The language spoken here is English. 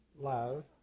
love